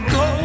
go